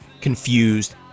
confused